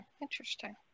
Interesting